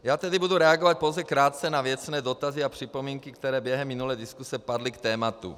Budu tedy reagovat pouze krátce na věcné dotazy a připomínky, které během minulé diskuse padly k tématu.